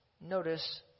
Notice